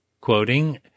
quoting